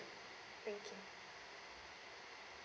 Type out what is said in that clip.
thank you